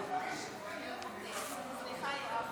יש שתייה חמה